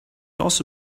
also